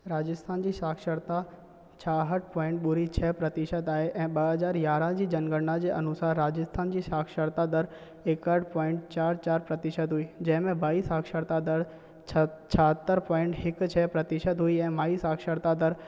राजस्थान जी साक्षरता छाहठि पोइंट ॿुड़ी छह प्रतिशत आहे ऐं ॿ हज़ार यारहां जी जनगणना जे अनुसारु राजस्थान जी साक्षरता दर एकहठि पोइंट चार चार प्रतिशत हुई जंहिं में भाई साक्षरता दर छह छाहतर पोइंट हिकु छह प्रतिशत हुई ऐं माई साक्षरता दर